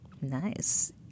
Nice